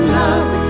love